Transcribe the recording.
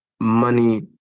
money